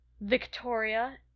Victoria